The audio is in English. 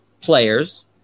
players